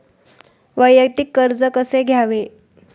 वैयक्तिक कर्ज कसे घ्यावे?